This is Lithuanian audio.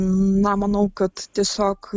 na manau kad tiesiog